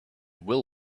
will